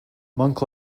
monk